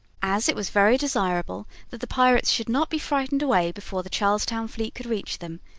as it was very desirable that the pirates should not be frightened away before the charles town fleet could reach them,